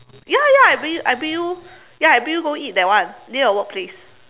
ya ya I bring you I bring you ya I bring you go eat that one near your workplace